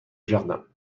jardin